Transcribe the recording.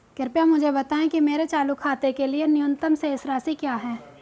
कृपया मुझे बताएं कि मेरे चालू खाते के लिए न्यूनतम शेष राशि क्या है